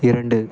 இரண்டு